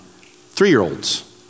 Three-year-olds